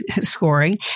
scoring